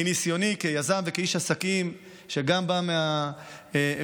מניסיוני כיזם וכאיש עסקים שגם בא מהטכנולוגיה,